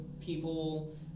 people